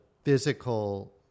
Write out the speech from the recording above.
physical